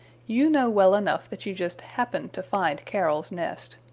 you know well enough that you just happened to find carol's nest.